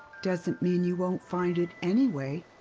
doesn't mean you won't find it anyway.